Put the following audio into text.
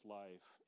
life